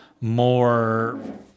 more